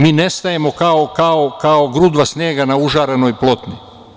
Mi nestajemo kao grudva snega na užarenoj plotni.